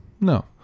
No